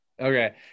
Okay